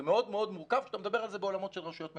זה מאוד מאוד מורכב כשאתה מדבר על זה בעולמות של רשויות מקומיות.